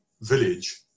village